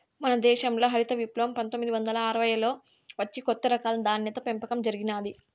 మన దేశంల హరిత విప్లవం పందొమ్మిది వందల అరవైలలో వచ్చి కొత్త రకాల ధాన్యాల పెంపకం జరిగినాది